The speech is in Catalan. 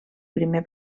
primer